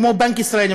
בבנק ישראל,